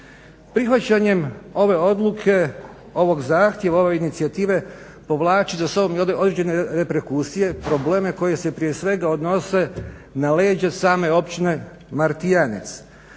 Prihvaćanjem ove odluke, ovog zahtjeva, ove inicijative povlači za sobom i određene reperkusije, probleme koji se prije svega odnose na leđa same Općine Martijanec.